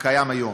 הקיים היום.